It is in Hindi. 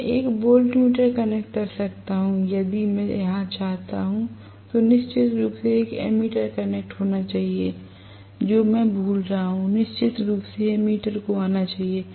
मैं एक वोल्टमीटर कनेक्ट कर सकता हूं यदि मैं यहां चाहता हूं तो निश्चित रूप से एक एमीटर कनेक्ट होना चाहिए जो मैं भूल रहा हूं निश्चित रूप से एमीटर को आना चाहिए